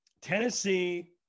Tennessee